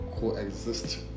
coexist